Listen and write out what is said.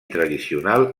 tradicional